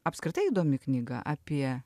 apskritai įdomi knyga apie